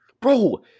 Bro